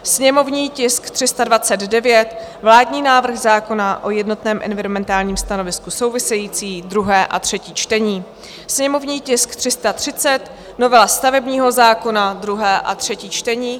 sněmovní tisk 329, vládní návrh zákona o jednotném environmentálním stanovisku související, druhé a třetí čtení; sněmovní tisk 330, novela stavebního zákona, druhé a třetí čtení.